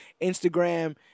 Instagram